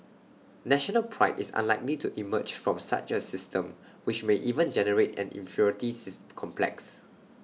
national Pride is unlikely to emerge from such A system which may even generate an inferiority six complex